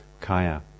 Kaya